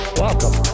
welcome